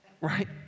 right